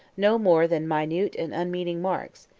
no more than minute and unmeaning marks,